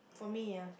for me ya